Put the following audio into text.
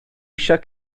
isio